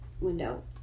window